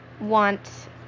want